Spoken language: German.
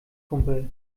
kumpel